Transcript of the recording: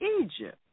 Egypt